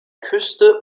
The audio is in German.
küste